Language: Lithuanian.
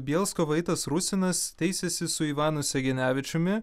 bielsko vaitas rusinas teisėsi su ivanu segenevičiumi